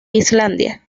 islandia